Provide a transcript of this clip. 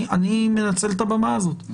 אני מנצל את הבמה הזאת.